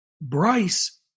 Bryce